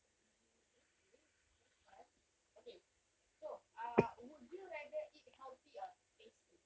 mm okay that's fun okay so ah would you rather eat healthy or tasty